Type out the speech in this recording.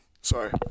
Sorry